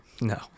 No